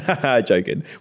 Joking